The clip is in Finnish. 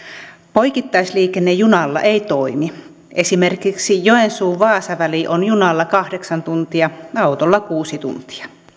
poikittaisliikenne junalla ei toimi esimerkiksi joensuu vaasa väli on junalla kahdeksan tuntia autolla kuusi tuntia